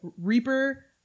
Reaper